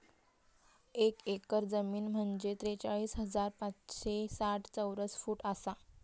एक एकर जमीन म्हंजे त्रेचाळीस हजार पाचशे साठ चौरस फूट आसा